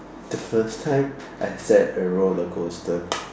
the first time I sat a roller coaster